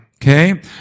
Okay